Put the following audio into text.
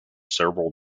several